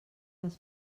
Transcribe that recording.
les